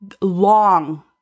long